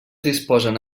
disposen